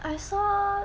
I saw